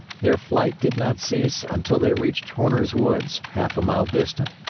their flight did not cease until they reached horner's woods, half a mile distant,